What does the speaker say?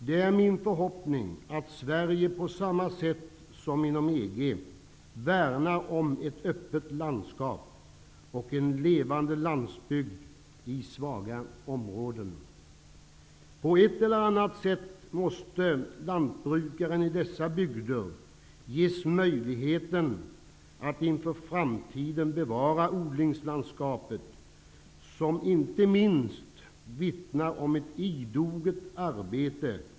Det är min förhoppning att Sverige på samma sätt som man har gjort inom EG, skall värna om ett öppet landskap och en levande landsbygd i svaga områden. På ett eller annat sätt måste lantbrukarna i dessa bygder ges möjligheten att kunna bevara odlingslandskapet inför framtiden. Här görs ett idogt arbet.